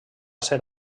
ser